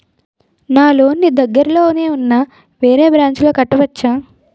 నా లోన్ నీ దగ్గర్లోని ఉన్న వేరే బ్రాంచ్ లో కట్టవచా?